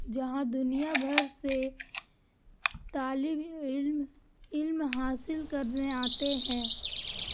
جہاں دنیا بھر سے طالب علم علم حاصل کرنے آتے ہیں